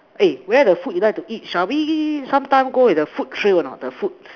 A where the food you like to eat shall we sometime go with the food trail a not the food